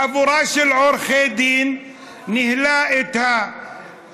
חבורה של עורכי דין ניהלה את גביית